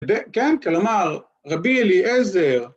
כן, כלומר, רבי אליעזר